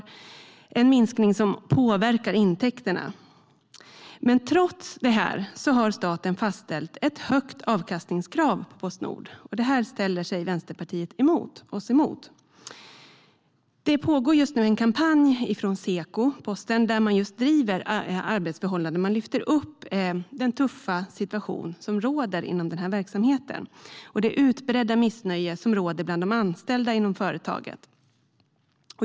Det är en minskning som påverkar intäkterna. Men trots detta har staten fastställt ett högt avkastningskrav på Postnord. Det ställer sig Vänsterpartiet mot. Det pågår just nu en kampanj från Seko Posten som driver frågor om arbetsförhållanden. Man lyfter upp den tuffa situation som råder i verksamheten och det utbredda missnöje som råder bland de anställda inom företaget.